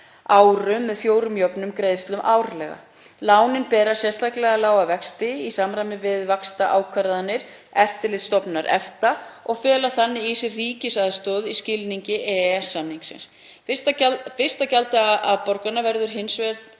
árum með fjórum jöfnum greiðslum árlega. Lánin bera sérstaklega lága vexti í samræmi við vaxtaákvarðanir Eftirlitsstofnunar EFTA og fela þannig í sér ríkisaðstoð í skilningi EES-samningsins. Fyrsta gjalddaga afborgunar hefur hins vegar